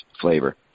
flavor